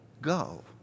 go